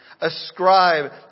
Ascribe